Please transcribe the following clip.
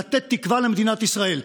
לתת תקווה למדינת ישראל.